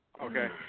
Okay